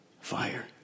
fire